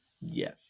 Yes